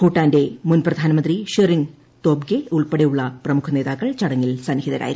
ഭൂട്ടാന്റെ മുൻ പ്രധാനമന്ത്രി ഷെറിങ്ങ് തോബ്ഗേ ഉൾപ്പെടെയുള്ള പ്രമുഖ നേതാക്കൾ ചടങ്ങിൽ സന്നിഹിതരായിരുന്നു